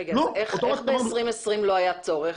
רגע, איך ב-2020 לא היה צורך?